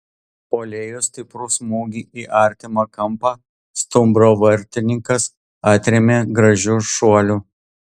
puolėjo stiprų smūgį į artimą kampą stumbro vartininkas atrėmė gražiu šuoliu